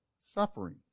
suffering